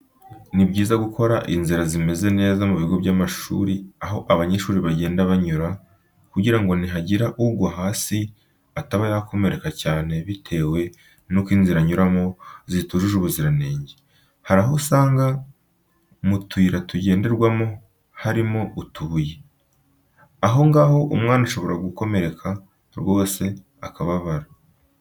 Ni byiza gukora inzira zimeze neza mu bigo by'amashuri aho abanyeshuri bagenda banyura kugira ngo ni hagira ugwa hasi ataba yakomereka cyane bitewe n'uko inzira anyuramo zitujuje ubuziranenge. Hari aho usanga mu tuyira tugenderwamo harimo utubuye, aho ngaho umwana ashobora gukomereka rwose akababara.